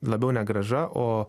labiau ne grąža o